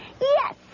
Yes